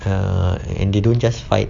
err and they don't just fight